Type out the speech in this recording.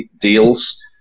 deals